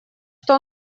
что